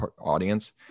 audience